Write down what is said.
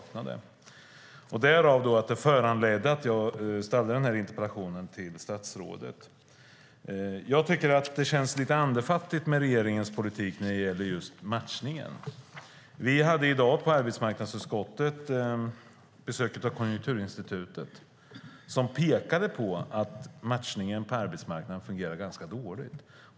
Det föranledde att jag ställde denna interpellation till statsrådet. Regeringens politik när det gäller just matchningen känns lite andefattig. I arbetsmarknadsutskottet hade vi i dag besök av Konjunkturinstitutet som pekade på att matchningen på arbetsmarknaden fungerar ganska dåligt.